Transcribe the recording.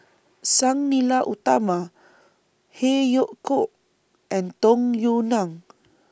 Sang Nila Utama Phey Yew Kok and Tung Yue Nang